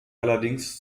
allerdings